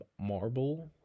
marble